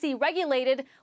regulated